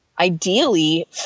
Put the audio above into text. ideally